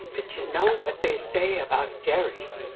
but you know what they say about derry?